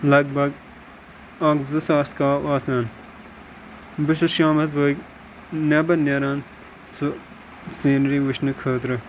لگ بگ اَکھ زٕ ساس کاو آسان بہٕ چھُس شامَس بٲگۍ نٮ۪بَر نیران سُہ سیٖنری وٕچھنہٕ خٲطرٕ